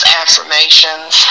affirmations